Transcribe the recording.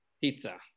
Pizza